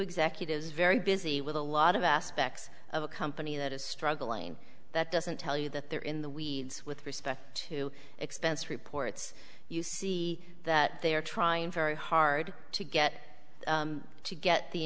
executives very busy with a lot of aspects of a company that is struggling that doesn't tell you that they're in the weeds with respect to expense reports you see that they are trying very hard to get to get the